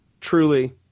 truly